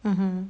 mmhmm